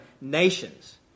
nations